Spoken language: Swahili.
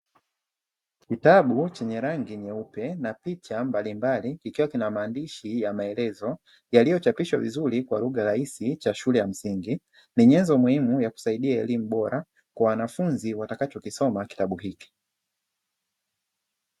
Kitabu chenye rangi nyeupe na picha mbalimbali kikiwa na maandishi ya maelezo yaliyochapishwa vizuri kwa lugha rahisi cha shule ya msingi, ni nyenzo muhimu ya kusaidia elimu bora kwa wanafunzi watakacho kisoma kitabu hiki.